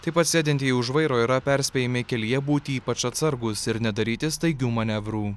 taip pat sėdintieji už vairo yra perspėjami kelyje būti ypač atsargūs ir nedaryti staigių manevrų